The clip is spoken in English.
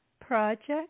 project